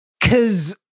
cause